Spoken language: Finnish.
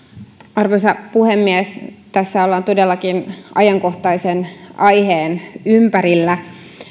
arvoisa puhemies tässä ollaan todellakin ajankohtaisen aiheen ympärillä